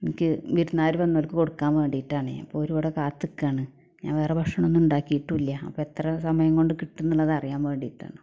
ഇൻക്ക് വിരുന്നുകാർ വന്നോൽക്ക് കൊടുക്കാൻ വേണ്ടീട്ടാണ് അപ്പോവരിവിടെ കാത്ത്ക്കാണ് ഞാൻ വേറെ ഭക്ഷണമൊന്നും ഉണ്ടാക്കീട്ടുവില്ല അപ്പോൾ എത്ര സമയം കൊണ്ട് കിട്ടും എന്നുള്ളത് അറിയാൻ വേണ്ടിട്ടാണ്